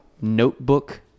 notebook